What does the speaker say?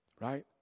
Right